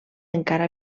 encara